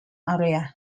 area